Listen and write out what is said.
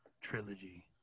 trilogy